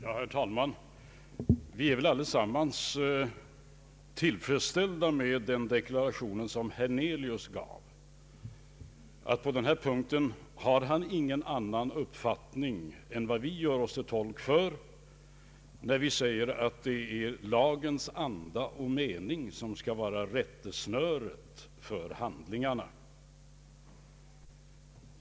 Herr talman! Vi är väl allesammans tillfredsställda med den deklaration som herr Hernelius avgav, nämligen att han på denna punkt inte har någon annan uppfattning än den vi gör oss till tolk för när vi säger att det är lagens anda och mening som skall vara rättesnöret för handlingarna.